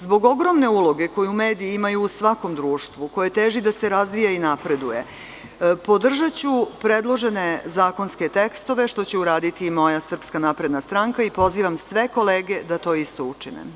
Zbog ogromne uloge koju mediji imaju u svakom društvu, a koje teži da se razvija i napreduje, podržaću predložene zakonske tekstove, što će uraditi moja SNS i pozivam sve kolege da to isto učine.